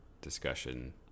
discussion